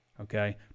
Okay